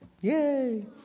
Yay